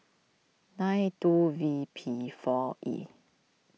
nine two V P four E